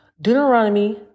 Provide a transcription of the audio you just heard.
Deuteronomy